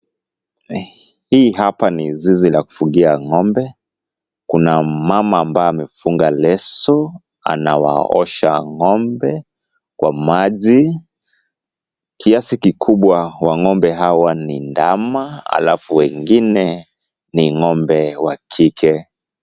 Hii hapa ni zizi la kufugia ng'ombe. Kuna mama ambaye amefunga leso, anawaosha ng'ombe kwa maji. Kiasi kikubwa wa ng'ombe hawa ni ndama, alafu wengine ni ng'ombe wa kike.